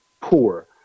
poor